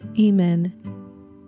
Amen